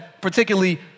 particularly